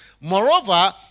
Moreover